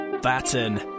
Batten